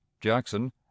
Jackson